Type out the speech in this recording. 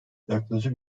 yaklaşık